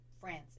France